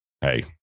hey